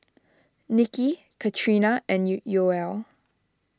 Niki Katrina and Yoel